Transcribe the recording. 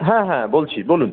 হ্যাঁ হ্যাঁ বলছি বলুন